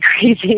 crazy